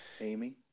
Amy